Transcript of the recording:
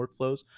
workflows